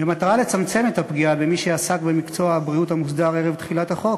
במטרה לצמצם את הפגיעה במי שעסק במקצוע הבריאות המוסדר ערב תחילת החוק,